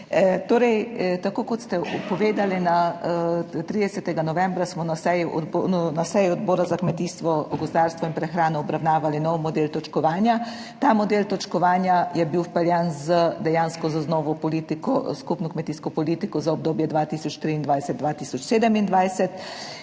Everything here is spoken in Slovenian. Tako kot ste povedali, 30. novembra smo na seji Odbora za kmetijstvo, gozdarstvo in prehrano obravnavali nov model točkovanja. Ta model točkovanja je bil vpeljan dejansko z novo skupno kmetijsko politiko za obdobje 2023–2027.